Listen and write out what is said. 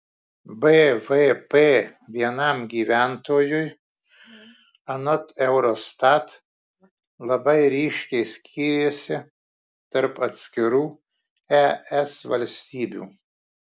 bvp vienam gyventojui anot eurostat labai ryškiai skyrėsi tarp atskirų es valstybių